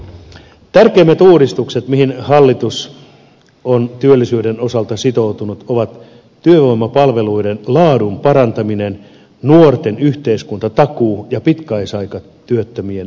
tärkeimmät uudistukset mihin hallitus on työllisyyden osalta sitoutunut ovat työvoimapalveluiden laadun parantaminen nuorten yhteiskuntatakuu ja pitkäaikaistyöttömien määrän vähentäminen